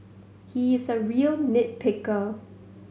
he is a real nit picker